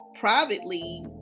privately